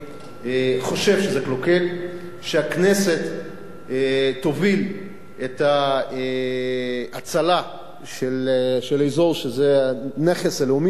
חושב שזה קלוקל שהכנסת תוביל את ההצלה של אזור שהוא נכס לאומי שלנו.